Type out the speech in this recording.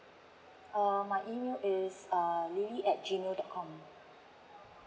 ah my email is um lilly at G mail dot com